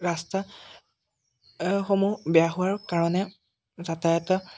ৰাস্তাসমূহ বেয়া হোৱাৰ কাৰণে যাতায়তৰ